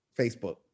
Facebook